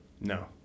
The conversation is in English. No